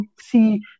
see